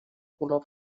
color